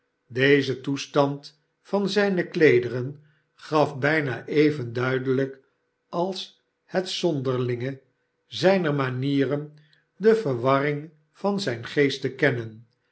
deze toestand van zijne icleederen gaf bijna even duidelijk als het zonderlinge zijner mameren de verwarring van zijn geest te kennen